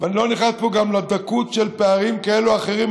ואני לא נכנס פה גם לדקות של פערים כאלה או אחרים,